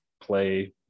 play